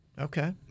Okay